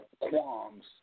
qualms